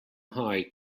high